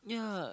yeah